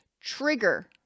trigger